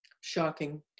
Shocking